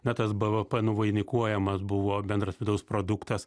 na tas bv nuvainikuojamas buvo bendras vidaus produktas